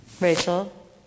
Rachel